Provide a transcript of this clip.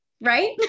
right